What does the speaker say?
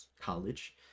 college